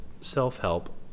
self-help